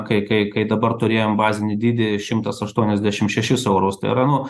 kai kai kai dabar turėjom bazinį dydį šimtas aštuoniasdešimt šešis eurus tai yra nu